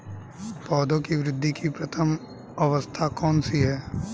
पौधों की वृद्धि की प्रथम अवस्था कौन सी है?